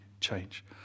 change